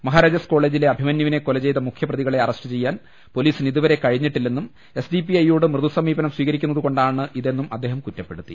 മഹാരാജാസ് കോളെജിലെ അഭിമന്യുവിനെ കൊല ചെയ്ത മുഖ്യപ്രതികളെ അറസ്റ്റു ചെയ്യാൻ പൊലീസിന് ഇതുവരെ കഴിഞ്ഞിട്ടില്ലെന്നും എസ് ഡി പി ഐയോട് മൃദുസമീപനം സ്വീകരിക്കുന്നതുകൊണ്ടാണ് ഇതെന്നും അദ്ദേഹം കുറ്റപ്പെടുത്തി